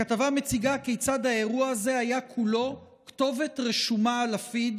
הכתבה מציגה כיצד האירוע הזה היה כולו כתובת רשומה על הפיד